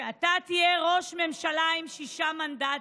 שאתה תהיה ראש ממשלה עם שישה מנדטים.